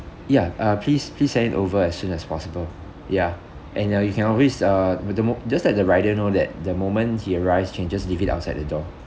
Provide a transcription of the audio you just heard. ya uh please please send it over as soon as possible ya and uh you can always uh b~ the mo~ just let the rider know that the moment he arrives can just leave it outside the door